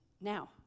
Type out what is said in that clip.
Now